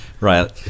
right